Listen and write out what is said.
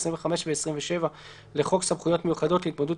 25 ו- 27 לחוק סמכויות מיוחדות להתמודדות